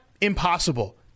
impossible